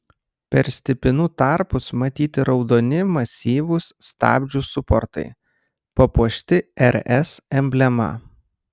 per stipinų tarpus matyti raudoni masyvūs stabdžių suportai papuošti rs emblema